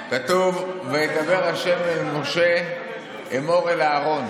כתוב: וידבר ה' אל משה אמור אל אהרן.